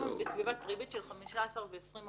שלוש אלה